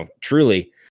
truly